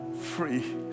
free